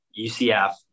UCF